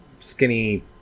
skinny